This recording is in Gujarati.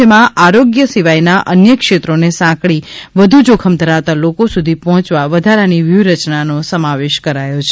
જેમાં આરોગ્ય સિવાયના અન્ય ક્ષેત્રોને સાંકળી વધુ જોખમ ધરાવતા લોકો સુધી હોંચવા વધારાની વ્યૂહરચનાનો સમાવેશ કરાયો છે